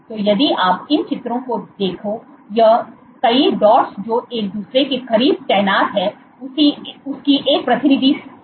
तो यदि आप इन चित्रों को देखो यह कई डॉट्स जो एक दूसरे के करीब तैनात है उसकी एक प्रतिनिधि तस्वीर है